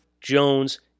Jones